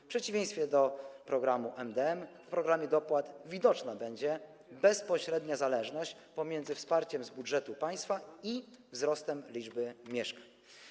W przeciwieństwie do programu MdM w programie dopłat widoczna będzie bezpośrednia zależność pomiędzy wsparciem z budżetu państwa i wzrostem liczby mieszkań.